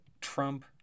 Trump